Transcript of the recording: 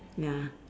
ya